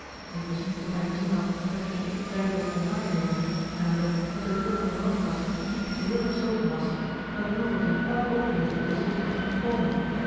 ik wist niet of hij gezien had hetgeen ik duidelijk kon waarnemen n l dat de deur van de brandkast niet geheel gesloten was en dat milverton elk oogenblik tot deze ontdekking kon komen